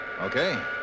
Okay